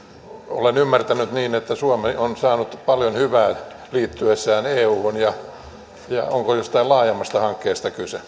olen ymmärtänyt niin että suomi on saanut paljon hyvää liittyessään euhun onko jostain laajemmasta hankkeesta kyse